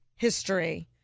History